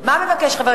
אושרו,